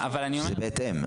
או שזה בהתאם?